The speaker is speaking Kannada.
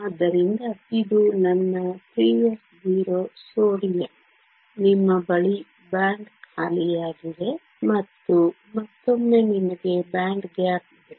ಆದ್ದರಿಂದ ಇದು ನನ್ನ 3s0 ಸೋಡಿಯಂ ನಿಮ್ಮ ಬಳಿ ಬ್ಯಾಂಡ್ ಖಾಲಿಯಾಗಿದೆ ಮತ್ತು ಮತ್ತೊಮ್ಮೆ ನಿಮಗೆ ಬ್ಯಾಂಡ್ ಗ್ಯಾಪ್ ಇದೆ